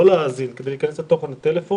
לא להאזין, כדי להיכנס לתוכן הטלפון,